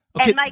Okay